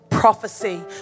prophecy